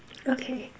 okay